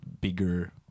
bigger